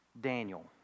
Daniel